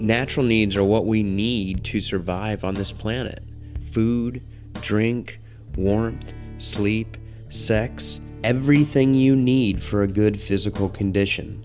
natural means are what we need to survive on this planet food drink war sleep sex everything you need for a good physical condition